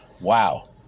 Wow